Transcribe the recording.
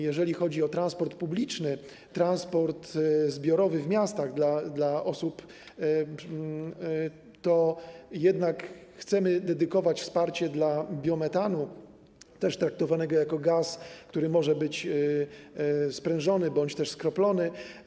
Jeżeli chodzi o transport publiczny, transport zbiorowy w miastach, to jednak chcemy dedykować wsparcie dla biometanu, też traktowanego jako gaz, który może być sprężony bądź też skroplony.